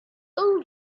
total